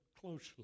closely